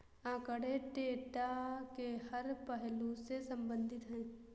आंकड़े डेटा के हर पहलू से संबंधित है